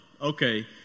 okay